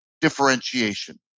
differentiation